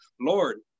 Lord